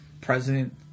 President